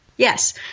Yes